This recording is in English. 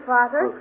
Father